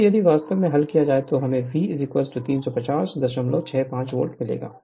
जिससे यदि वास्तव में हल किया गया है वास्तव में V 35065 वोल्ट मिलेगा